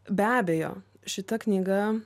be abejo šita knyga